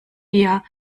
eher